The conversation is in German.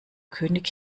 könig